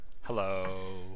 Hello